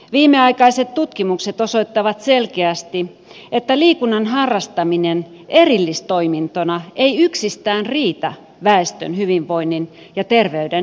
viimeaikaiset tutkimukset osoittavat selkeästi että liikunnan harrastaminen erillistoimintona ei yksistään riitä väestön hyvinvoinnin ja terveyden ylläpitoon